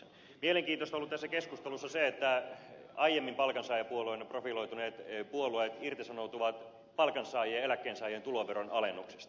mielenkiintoista on ollut tässä keskustelussa se että aiemmin palkansaajapuolueina profiloituneet puolueet irtisanoutuvat palkansaajien ja eläkkeensaajien tuloveron alennuksesta